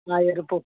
ఎరుపు